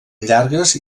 llargues